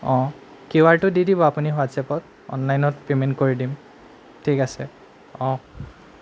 অঁ কিউ আৰটো দি দিব আপুনি হোৱাটছএপত অনলাইনত পে'মেণ্ট কৰি দিম ঠিক আছে অঁ